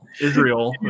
Israel